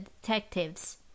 detectives